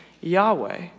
Yahweh